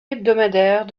hebdomadaire